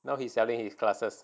now he's selling his classes